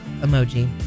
emoji